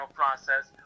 process